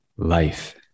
Life